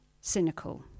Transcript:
cynical